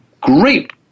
great